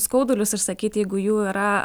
skaudulius išsakyti jeigu jų yra